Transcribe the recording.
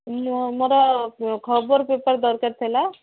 ମୋ ମୋର ଖବର ପେପର୍ ଦରକାର ଥିଲା